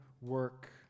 work